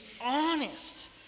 honest